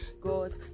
God